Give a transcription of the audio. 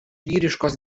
vyriškos